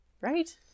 Right